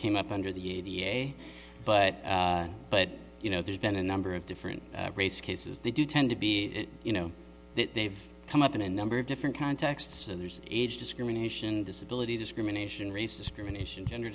came up under the a but but you know there's been a number of different race cases they do tend to be you know they've come up in a number of different contexts and there's age discrimination disability discrimination race discrimination gender